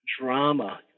drama